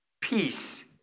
peace